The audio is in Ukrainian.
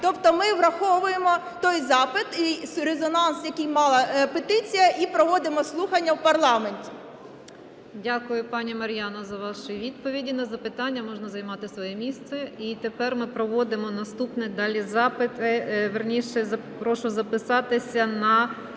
Тобто ми враховуємо той запит і резонанс, який мала петиція, і проводимо слухання в парламенті. ГОЛОВУЮЧА. Дякую, пані Мар'яна, за ваші відповіді на запитання. Можна займати своє місце. І тепер ми проводимо наступні далі запити, вірніше, прошу записатися на